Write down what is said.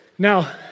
Now